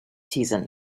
season